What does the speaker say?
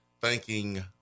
thanking